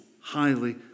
highly